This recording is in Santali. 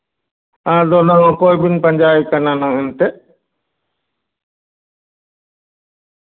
ᱟᱫᱚ ᱚᱱᱟᱫᱚ ᱚᱠᱚᱭᱵᱤᱱ ᱯᱟᱸᱡᱟᱭᱮ ᱠᱟᱱᱟ ᱚᱱᱟᱫᱚ ᱮᱱᱛᱮᱫ